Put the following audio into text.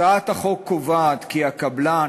הצעת החוק קובעת כי הקבלן,